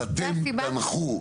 אז אתם תנחו.